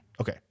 Okay